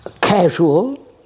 casual